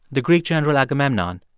the greek general agamemnon.